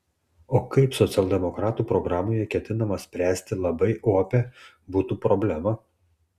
o kaip socialdemokratų programoje ketinama spręsti labai opią butų problemą